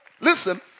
listen